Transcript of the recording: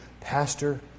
Pastor